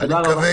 תודה רבה.